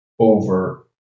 Over